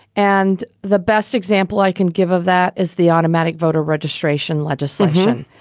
and the best example i can give of that is the automatic voter registration legislation.